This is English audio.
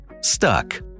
stuck